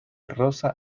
rosa